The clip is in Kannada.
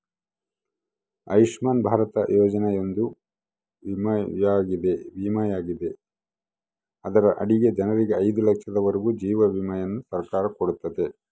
ಆಯುಷ್ಮನ್ ಭಾರತ ಯೋಜನೆಯೊಂದು ವಿಮೆಯಾಗೆತೆ ಅದರ ಅಡಿಗ ಜನರಿಗೆ ಐದು ಲಕ್ಷದವರೆಗೂ ಜೀವ ವಿಮೆಯನ್ನ ಸರ್ಕಾರ ಕೊಡುತ್ತತೆ